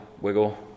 wiggle